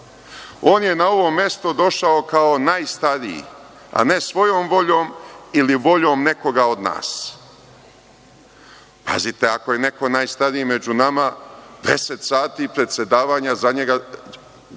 On je na ovo mesto došao kao najstariji, a ne svojom voljom ili voljom nekoga od nas. Pazite, ako je neko najstariji među nama, deset sati predsedavanja za njega